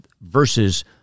versus